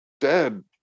dead